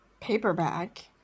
Paperback